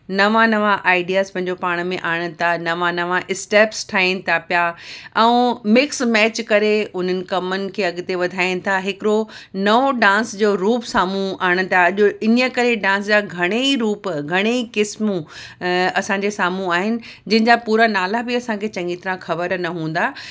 नवा नवा आइडियास पंहिंजो पाण में आणण था नवा नवा स्टैप्स ठाहिनि था पिया ऐं मिक्स मैच करे उन्हनि कमनि खे अॻिते वधाइनि था हिकिड़ो नओ डांस जो रूप साम्हूं आणनि था अॼु इन करे डांस जा घणेई रूप घणेई किस्मूं असांजे साम्हूं आहिनि जिन जा पूरा नाला बि असांखे चङी तरह ख़बर न हूंदा